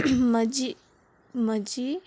म्हजी म्हजी